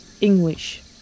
English